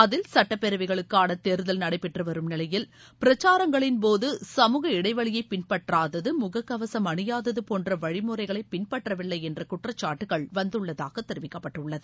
அதில் சட்டப்பேரவைகளுக்கான தோ்தல் நடைபெற்று வரும் நிலையில் பிரசாரங்களின் போது சமூக இடைவெளியை பின்பற்றாதது முகக்கவசம் அணியாதது என்ற குற்றச்சாட்டுகள் வந்துள்ளதாக தெரிவிக்கப்பட்டுள்ளது